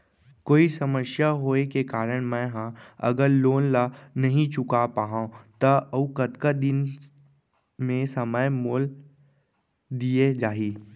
कोई समस्या होये के कारण मैं हा अगर लोन ला नही चुका पाहव त अऊ कतका दिन में समय मोल दीये जाही?